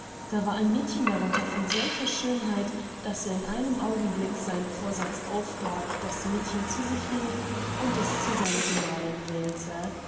da war ein mädchen darunter von solcher schönheit daß er in einem augenblick seinen vorsatz aufgab das mädchen zu sich rief und es zu seiner gemahlin wählte